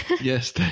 Yes